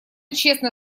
честно